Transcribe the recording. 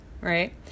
Right